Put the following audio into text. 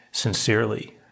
sincerely